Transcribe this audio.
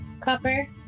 copper